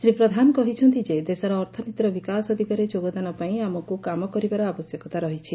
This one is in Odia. ଶ୍ରୀ ପ୍ରଧାନ କହିଛନ୍ତି ଯେ ଦେଶର ଅର୍ଥନୀତିର ବିକାଶ ଦିଗରେ ଯୋଗଦାନ ପାଇଁ ଆମକୁ କାମ କରିବାର ଆବଶ୍ୟକତା ରହିଛି